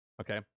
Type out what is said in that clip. Okay